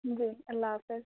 جی اللہ حافظ